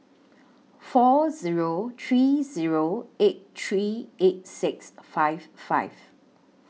four Zero three Zero eight three eight six five five